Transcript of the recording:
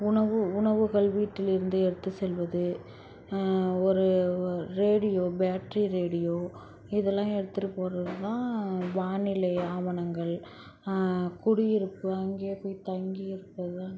உணவு உணவுகள் வீட்டிலிருந்து எடுத்து செல்வது ஒரு ஒரு ரேடியோ பேட்டரி ரேடியோ இதெல்லாம் எடுத்துகிட்டு போவது தான் வானிலை ஆவணங்கள் குடியிருப்பு அங்கே போய் தங்கி இருப்பது தான்